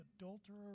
adulterer